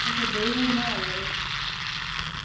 अच्छा देहीं बी बनाए दा तोह्